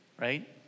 right